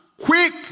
quick